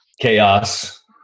Chaos